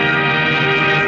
and